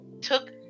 took